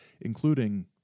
including